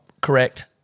correct